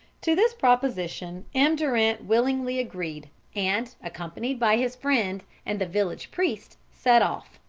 to this proposition m. durant willingly agreed, and, accompanied by his friend and the village priest, set off.